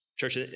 Church